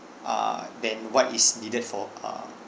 uh than what is needed for uh